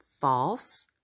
false